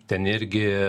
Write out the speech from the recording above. ten irgi